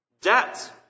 Debt